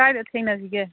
ꯀꯥꯏꯗ ꯊꯦꯡꯅꯁꯤꯒꯦ